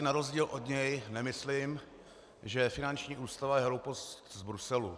Na rozdíl od něj si nemyslím, že finanční ústava je hloupost z Bruselu.